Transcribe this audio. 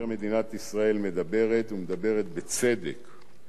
מדינת ישראל מדברת, ומדברת בצדק,